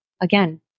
again